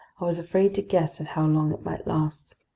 i was afraid to guess at how long it might last.